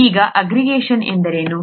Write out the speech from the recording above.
ಈಗ ಆಗ್ರಿಗೇಷನ್ ಎಂದರೇನು